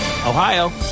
Ohio